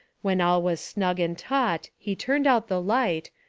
when all was snug and taut he turned out the light,